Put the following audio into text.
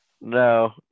No